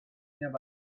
nearby